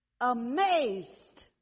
amazed